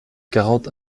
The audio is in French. quarante